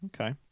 Okay